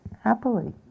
happily